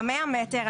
ב-100 מטר,